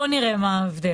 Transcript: בוא נראה מה הבדל.